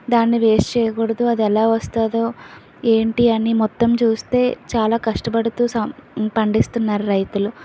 దాన్ని వేస్ట్ చేయకూడదు అది ఎలా వస్తుందో అని మొత్తం చూస్తే చాలా కష్టపడుతూ సం పండిస్తున్నారు రైతులు